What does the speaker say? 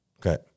Okay